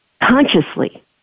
consciously